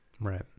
Right